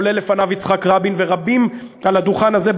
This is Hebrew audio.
כולל לפניו יצחק רבין ורבים על הדוכן הזה,